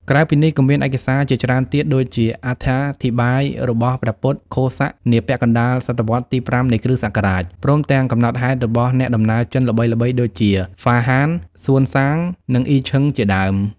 ក្រៅពីនេះ ក៏មានឯកសារជាច្រើនទៀតដូចជាអត្ថាធិប្បាយរបស់ ព្រះពុទ្ធឃោសៈ នាពាក់កណ្តាលសតវត្សរ៍ទី ៥ នៃគ.ស. ព្រមទាំងកំណត់ហេតុរបស់អ្នកដំណើរចិនល្បីៗដូចជា ហ្វាហាន សួនសាង និង អ៊ីឈឹង ជាដើម។